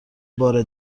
بار